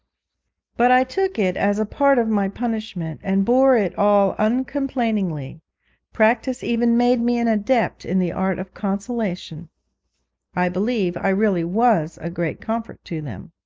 but i took it as a part of my punishment, and bore it all uncomplainingly practice even made me an adept in the art of consolation i believe i really was a great comfort to them.